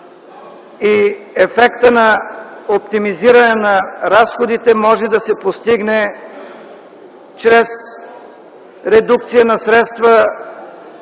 И ефектът на оптимизиране на разходите може да се постигне чрез редукция на средства,